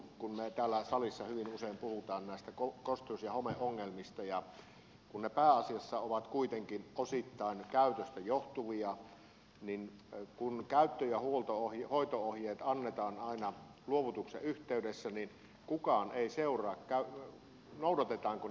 kun me täällä salissa hyvin usein puhumme näistä kosteus ja homeongelmista ja koska ne pääasiassa ovat kuitenkin osittain käytöstä johtuvia niin kun käyttö ja hoito ohjeet annetaan aina luovutuksen yhteydessä niin kukaan ei seuraa noudatetaanko niitä ohjeita koskaan